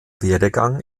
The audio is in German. werdegang